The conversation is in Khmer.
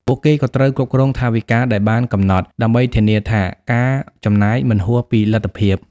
ពួកគេក៏ត្រូវគ្រប់គ្រងថវិកាដែលបានកំណត់ ដើម្បីធានាថាការចំណាយមិនហួសពីលទ្ធភាព។